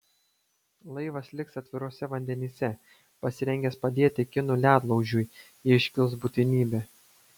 laivas liks atviruose vandenyse pasirengęs padėti kinų ledlaužiui jei iškils būtinybė